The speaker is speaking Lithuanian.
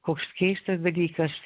koks keistas dalykas